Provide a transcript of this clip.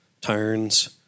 turns